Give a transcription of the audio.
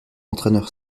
entraineur